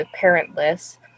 parentless